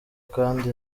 kandi